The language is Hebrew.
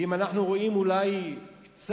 ואם אנחנו רואים אולי קצת